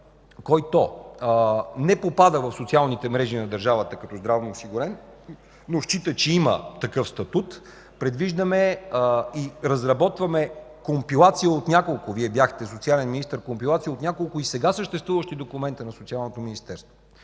който не попада в социалните мрежи на държавата като здравноосигурен, но счита, че има такъв статут, предвиждаме и разработваме компилация от няколко - Вие бяхте социален министър - и сега съществуващи документа на социалното министерство